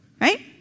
Right